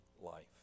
life